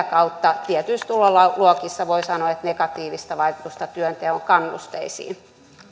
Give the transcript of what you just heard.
kautta tietyissä tuloluokissa voi sanoa on negatiivista vaikutusta työnteon kannusteisiin